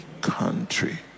country